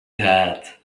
that